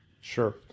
Sure